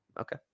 Okay